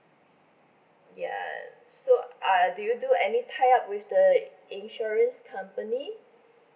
ya so uh do you do any tie up with the insurance company